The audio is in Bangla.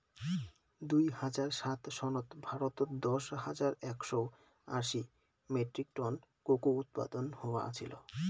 দুই হাজার সাত সনত ভারতত দশ হাজার একশও আশি মেট্রিক টন কোকো উৎপাদন হয়া আছিল